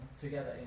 together